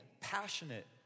passionate